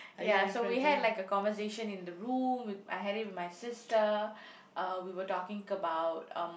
ya so had like a conversation in the room with I had it with my sister uh we were talking about um